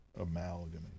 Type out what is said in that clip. Amalgamation